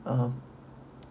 um